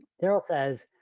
daryl says,